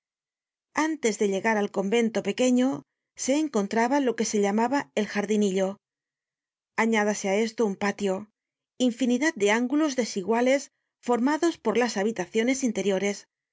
antes de llegar al convento pequeño se encontraba lo que se llamaba el jardinillo añádase á esto un patio infinidad de ángulos desiguales formados por las habitaciones interiores